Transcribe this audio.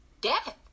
death